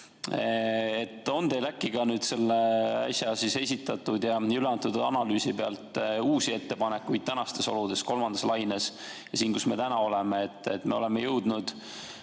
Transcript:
On teil äkki ka selle äsja esitatud ja üleantud analüüsi pealt uusi ettepanekuid tänastes oludes, kolmandas laines, kus me täna oleme? Me oleme jõudnud